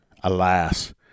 Alas